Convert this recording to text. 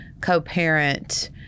co-parent